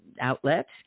outlets